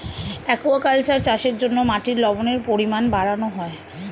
aquaculture চাষের জন্য মাটির লবণের পরিমাণ বাড়ানো হয়